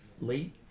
late